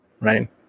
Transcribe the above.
right